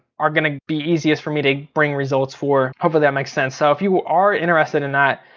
are gonna be easiest for me to bring results for. hopefully that makes sense. so if you are interested in that,